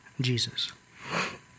Jesus